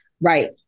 Right